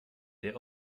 der